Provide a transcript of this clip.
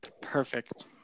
Perfect